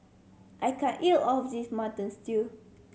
I can't eat all of this Mutton Stew